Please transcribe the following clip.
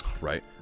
Right